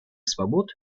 свобод